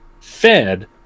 fed